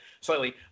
slightly